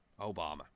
Obama